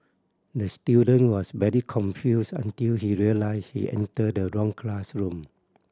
the student was very confused until he realised he entered the wrong classroom